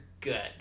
Good